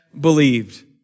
believed